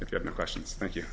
if you have no questions thank